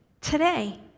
today